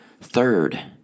Third